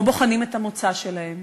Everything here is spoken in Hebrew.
או בוחנים את המוצא שלהם,